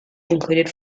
included